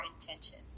intention